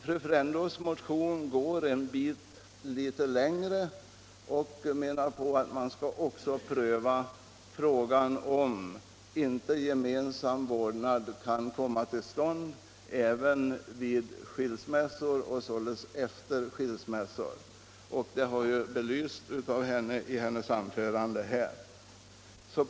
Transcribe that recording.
Fru Frändås motion går en bit längre, och hon anser att man också skall pröva om inte gemensam vårdnad kan komma till stånd även efter skilsmässor. Det har belysts i hennes anförande.